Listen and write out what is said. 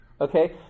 Okay